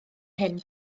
hen